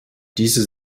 diese